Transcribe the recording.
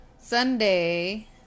Sunday